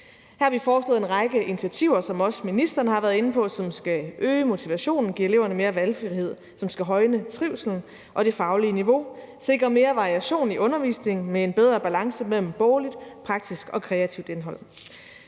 Her har vi foreslået en række initiativer, som også ministeren har været inde på, som skal øge motivationen, give eleverne mere valgfrihed, højne trivslen og det faglige niveau og sikre mere variation i undervisningen med en bedre balance mellem bogligt, praktisk og kreativt indhold.